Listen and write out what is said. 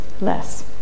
less